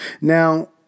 Now